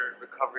recovery